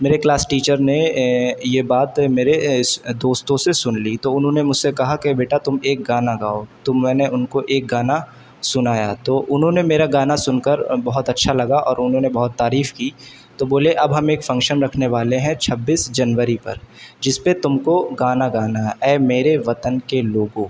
میرے class teacher نے یہ بات میرے دوستوں سے سن لی تو انہوں نے مجھ سے کہا کہ بیٹا تم ایک گانا گاؤ تو میں نے ان کو ایک گانا سنایا تو انہوں نے میرا گانا سن کر بہت اچھا لگا اور انہوں نے بہت تعریف کی تو بولے اب ہم ایک فنکشن رکھنے والے ہیں چھبیس جنوری پر جس پہ تم کو گانا گانا ہے اے میرے وطن کے لوگو